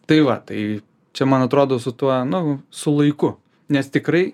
tai va tai čia man atrodo su tuo nu su laiku nes tikrai